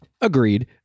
Agreed